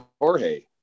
Jorge